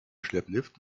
schlepplift